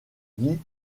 dit